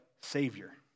savior